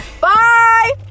Bye